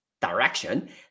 direction